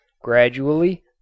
gradually